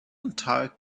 entire